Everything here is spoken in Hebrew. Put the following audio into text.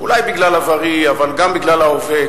אולי בגלל עברי אבל גם בגלל ההווה,